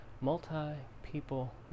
Multi-people